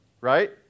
right